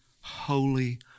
holy